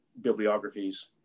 bibliographies